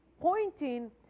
pointing